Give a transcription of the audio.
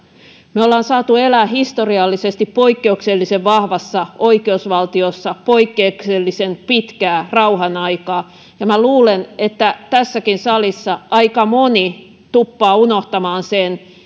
me olemme saaneet elää historiallisesti poikkeuksellisen vahvassa oikeusvaltiossa poikkeuksellisen pitkää rauhan aikaa ja luulen että tässäkin salissa aika moni tuppaa unohtamaan sen